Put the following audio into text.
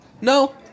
no